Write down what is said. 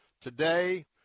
today